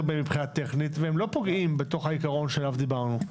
בהם מבחינה טכנית והם לא פוגעים בעיקרון עליו דיברנו.